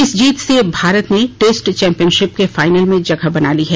इस जीत से भारत ने टेस्ट चैपियनशिप के फाइनल में जगह बना ली है